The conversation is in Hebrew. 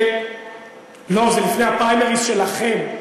לא, זה לפני הפריימריז שלכם.